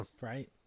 Right